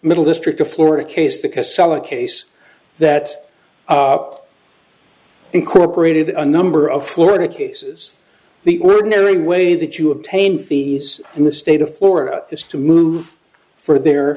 middle district of florida case because salak case that incorporated a number of florida cases the ordinary way that you obtain fees in the state of florida is to move for their